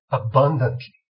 abundantly